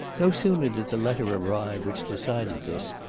no sooner did the letter arrive which decided this,